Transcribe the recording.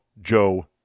Joe